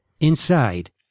Inside